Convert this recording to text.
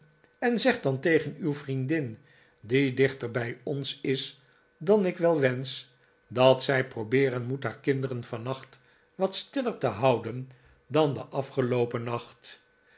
en zeg dan tegen uw vriendin die dichter bij ons is dan ik wel wensch dat zij probeeren moet haar kinderen vannacht wat stiller te houden dan den afgeloopen nacht